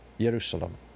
Jerusalem